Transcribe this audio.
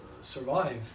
survive